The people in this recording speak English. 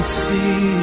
see